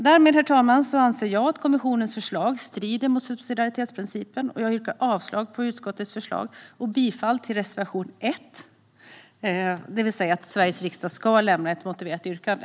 Därmed, herr talman, anser jag att kommissionens förslag strider mot subsidiaritetsprincipen. Jag yrkar avslag på utskottets förslag och bifall till reservation 1, det vill säga att Sveriges riksdag ska lämna ett motiverat yrkande.